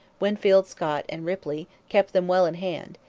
winfield scott and ripley, kept them well in hand,